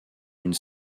une